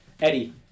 Eddie